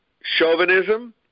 chauvinism